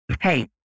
Hey